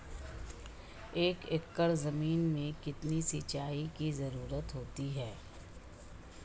एक एकड़ ज़मीन में कितनी सिंचाई की ज़रुरत होती है?